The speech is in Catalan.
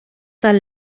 del